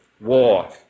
war